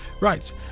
Right